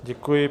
Děkuji.